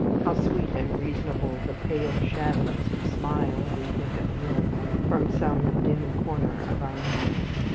how sweet and reasonable the pale shadows who smile we think appealingly from some dim corner of our memories.